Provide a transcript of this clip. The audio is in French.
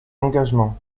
engagement